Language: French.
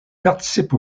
participe